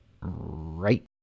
right